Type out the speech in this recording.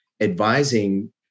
advising